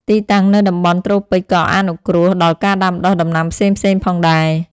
ទីតាំងនៅតំបន់ត្រូពិចក៏អនុគ្រោះដល់ការដាំដុះដំណាំផ្សេងៗផងដែរ។